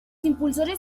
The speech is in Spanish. impulsores